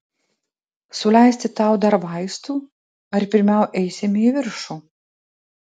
suleisti tau dar vaistų ar pirmiau eisime į viršų